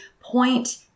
point